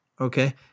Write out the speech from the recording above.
Okay